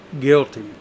guilty